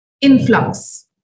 influx